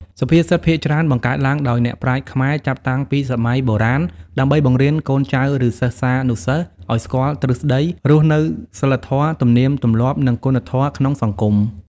សុភាសិតភាគច្រើនបង្កើតឡើងដោយអ្នកប្រាជ្ញខ្មែរចាប់តាំងពីសម័យបុរាណដើម្បីបង្រៀនកូនចៅឬសិស្សានុសិស្សឲ្យស្គាល់ទ្រឹស្តីរស់នៅសីលធម៌ទំនៀមទម្លាប់និងគុណធម៌ក្នុងសង្គម។